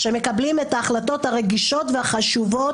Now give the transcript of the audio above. שהם מקבלים את ההחלטות הרגישות והחשובות.